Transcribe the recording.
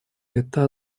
это